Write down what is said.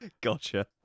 Gotcha